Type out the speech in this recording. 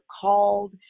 called